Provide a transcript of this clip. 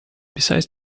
besides